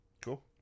Cool